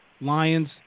Lions